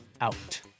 out